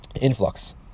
influx